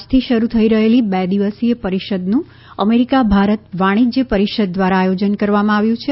આજથી શરૂ થઈ રહેલી બે દિવસીય પરિષદનું અમેરિકા ભારત વાણિજ્ય પરિષદ દ્વારા આયોજન કરવામાં આવ્યું છે